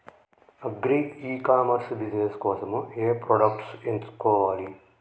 Agri e commerce business కోసము ఏ products ఎంచుకోవాలి?